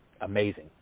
amazing